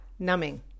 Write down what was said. numbing